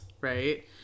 right